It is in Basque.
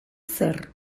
zer